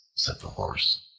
said the horse,